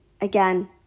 again